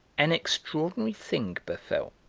an extraordinary thing befell.